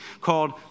called